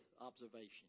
observation